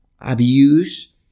abuse